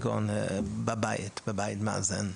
כגון בבית מאזן.